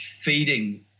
feeding